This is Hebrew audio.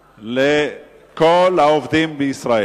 לכל העובדים בישראל.